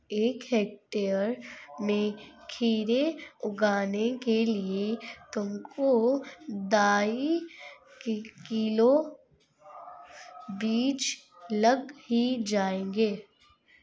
एक हेक्टेयर में खीरे उगाने के लिए तुमको ढाई किलो बीज लग ही जाएंगे